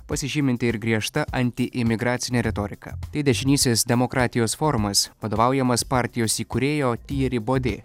pasižyminti ir griežta antiimigracine retorika tai dešinysis demokratijos forumas vadovaujamas partijos įkūrėjo tyri bodė